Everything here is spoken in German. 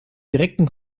direkten